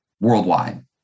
worldwide